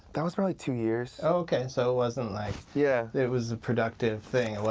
that was probably two years. ok, so it wasn't like yeah it it was a productive thing,